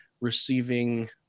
receiving